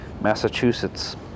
Massachusetts